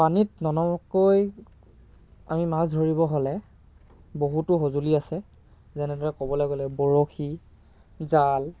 পানীত ননমাকৈ আমি মাছ ধৰিব হ'লে বহুতো সঁজুলি আছে যেনেদৰে ক'বলৈ গ'লে বৰশী জাল